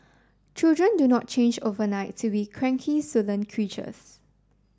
children do not change overnight to be cranky sullen creatures